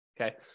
Okay